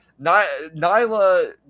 Nyla